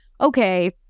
okay